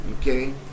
okay